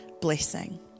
blessing